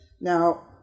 Now